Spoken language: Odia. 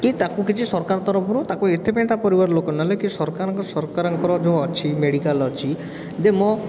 କି ତାକୁ କିଛି ସରକାର ତରଫରୁ ତାକୁ ଏଥିପାଇଁ ତା' ପରିବାର ଲୋକ ନେଲେ କି ସରକାରଙ୍କ ସରକାରଙ୍କର ଯେଉଁ ଅଛି ମେଡ଼ିକାଲ ଅଛି ଯେ ମୋ